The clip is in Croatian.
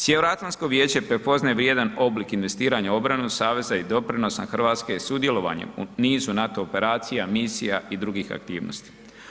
Sjevernoatlantsko vijeće prepoznaje vrijedan oblik investiranja u obranu, saveza i doprinosa Hrvatske sudjelovanjem u nizu NATO operacija, misija i drugih aktivnosti.